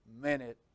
minute